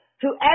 whoever